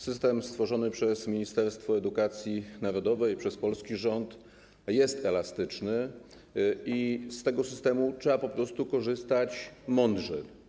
System stworzony przez ministerstwo edukacji narodowej, przez polski rząd jest elastyczny i z tego systemu trzeba po prostu korzystać mądrzej.